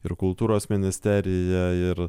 ir kultūros ministerija ir